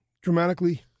dramatically